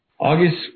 August